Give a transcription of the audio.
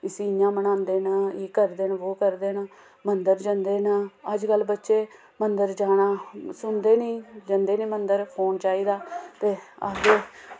इस्सी इ'यां मनांदे न एह् करदे न वो करदे न मंदर जंदे न अजकल्ल बच्चे मंदर जाना सुनदे निं जाना निं मंदर फोन चाहिदा ते आक्खदे